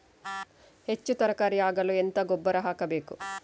ಹೆಚ್ಚು ತರಕಾರಿ ಆಗಲು ಎಂತ ಗೊಬ್ಬರ ಹಾಕಬೇಕು?